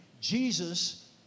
Jesus